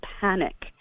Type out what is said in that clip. panic